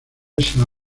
esa